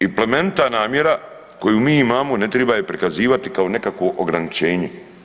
I plemenita namjera koju mi imamo, ne triba je prikazivati kao nekakvo ograničenje.